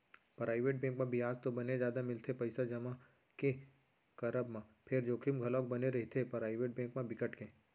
private bank म बियाज तो बने जादा मिलथे पइसा जमा के करब म फेर जोखिम घलोक बने रहिथे, पराइवेट बेंक म बिकट के